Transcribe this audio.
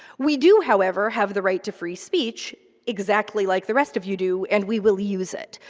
we do, however, have the right to free speech, exactly like the rest of you do, and we will use it.